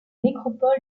nécropole